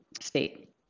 state